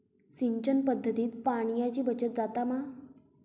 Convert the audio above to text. सिंचन पध्दतीत पाणयाची बचत जाता मा?